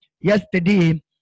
Yesterday